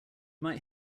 might